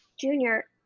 junior